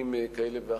בתפקידים כאלה ואחרים,